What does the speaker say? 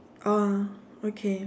oh okay